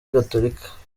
gatolika